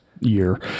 year